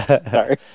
Sorry